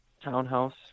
townhouse